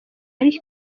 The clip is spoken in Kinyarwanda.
ari